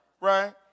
Right